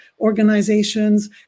organizations